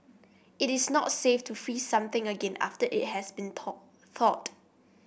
it is not safe to freeze something again after it has been taught thawed